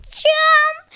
jump